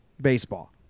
baseball